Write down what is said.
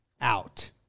out